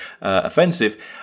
offensive